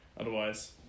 Otherwise